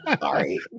Sorry